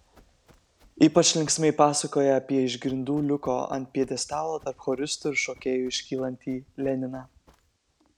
ypač linksmai pasakoja apie iš grindų liuko ant pjedestalo tarp choristų ir šokėjų iškylantį leniną